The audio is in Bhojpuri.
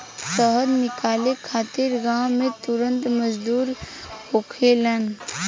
शहद निकाले खातिर गांव में तुरहा मजदूर होखेलेन